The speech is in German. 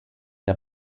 der